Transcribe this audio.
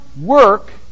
work